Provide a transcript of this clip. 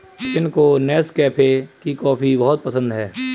सचिन को नेस्कैफे की कॉफी बहुत पसंद है